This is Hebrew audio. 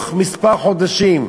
בתוך כמה חודשים.